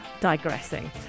Digressing